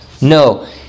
No